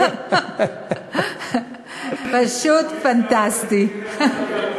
פשוט פנטסטי.